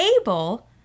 able